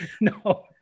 No